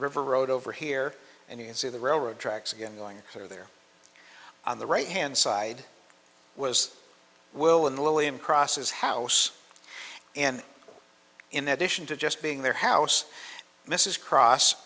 river road over here and you can see the railroad tracks again going through there on the right hand side was we'll in the lillian crosses house and in addition to just being there house mrs